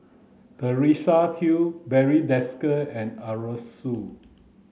Teresa Hsu Barry Desker and Arasu